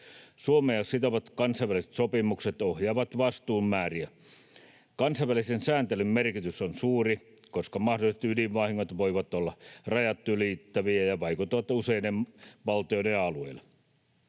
Suomea sitovat kansainväliset sopimukset ohjaavat vastuun määriä. Kansainvälisen sääntelyn merkitys on suuri, koska mahdolliset ydinvahingot voivat olla rajat ylittäviä ja vaikuttavat useiden valtioiden alueilla.